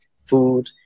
food